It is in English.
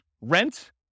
rent